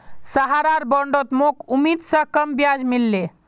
सहारार बॉन्डत मोक उम्मीद स कम ब्याज मिल ले